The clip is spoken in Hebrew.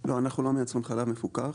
לא, אנחנו לא מייצרים חלב מפוקח.